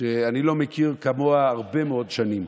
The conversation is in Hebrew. שאני לא מכיר כמוה הרבה מאוד שנים